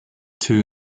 two